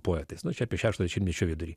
poetais nu čia apie šešto šimtmečio vidurį